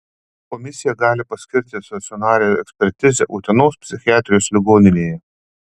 komisija gali paskirti stacionarią ekspertizę utenos psichiatrijos ligoninėje